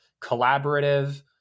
collaborative